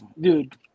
Dude